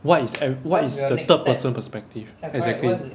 what is ev~ what is the third person perspective exactly